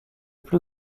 plus